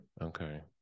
Okay